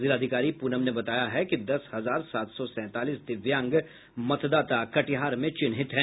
जिलाधिकारी पूनम ने बताया है कि दस हजार सात सौ सैंतालीस दिव्यांग मतदाता कटिहार में चिहिन्त हैं